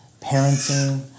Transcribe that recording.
parenting